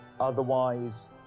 Otherwise